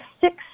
six